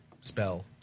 spell